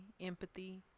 empathy